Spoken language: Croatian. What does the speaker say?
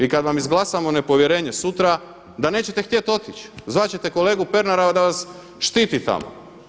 I kada vam izglasamo nepovjerenje sutra da nećete htjeti otići, zvati ćete kolegu Pernara da vas štiti tamo.